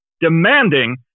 demanding